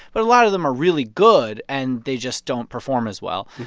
but a lot of them are really good, and they just don't perform as well.